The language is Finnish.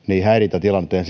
häirintätilanteen